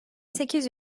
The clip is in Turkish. sekiz